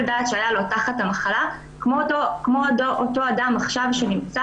הדעת שהיה לו תחת המחלה כמו אותו אדם שהוא עכשיו,